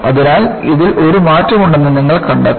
അതിനാൽ ഇതിൽ ഒരു മാറ്റമുണ്ടെന്ന് നിങ്ങൾ കണ്ടെത്തി